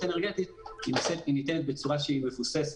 אנרגטית היא ניתנת בצורה שהיא מבוססת.